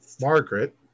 Margaret